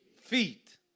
feet